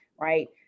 right